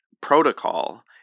protocol